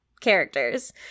characters